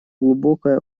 глубокое